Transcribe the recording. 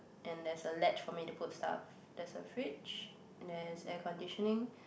and there's a ledge for me to put stuff there's a fridge and there's air conditioning